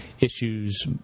issues